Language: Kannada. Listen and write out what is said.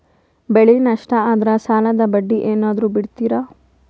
ಬೆಳೆ ನಷ್ಟ ಆದ್ರ ಸಾಲದ ಬಡ್ಡಿ ಏನಾದ್ರು ಬಿಡ್ತಿರಾ?